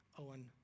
Owen